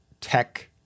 tech